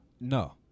no